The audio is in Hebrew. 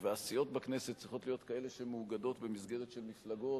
הסיעות בכנסת צריכות להיות כאלה שמאוגדות במסגרת של מפלגות,